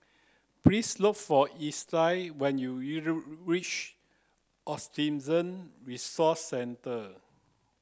please look for Estie when you reach Autism Resource Centre